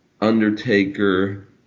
Undertaker